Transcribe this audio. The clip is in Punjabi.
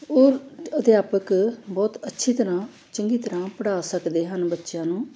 ਉਹ ਅਧਿਆਪਕ ਬਹੁਤ ਅੱਛੀ ਤਰ੍ਹਾਂ ਚੰਗੀ ਤਰ੍ਹਾਂ ਪੜ੍ਹਾ ਸਕਦੇ ਹਨ ਬੱਚਿਆਂ ਨੂੰ